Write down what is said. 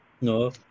No